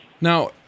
Now